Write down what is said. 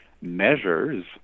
measures